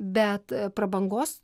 bet prabangos